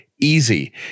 easy